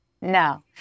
No